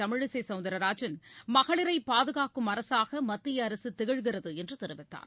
தமிழிசைசவுந்தர்ராஜன் மகளிரைப் பாதுகாக்கும் அரசாகமத்திய அரசுதிகழ்கிறதுஎன்றுதெரிவித்தார்